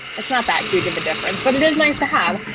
it's not that huge of a difference, but it is nice to have.